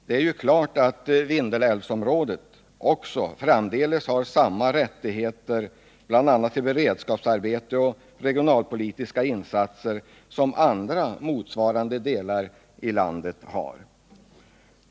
Det är klart att Vindelälvsområdet också framdeles bör ha samma rättigheter, bl.a. i form av beredskapsarbete och regionalpolitiska insatser, som andra motsvarande delar av landet har.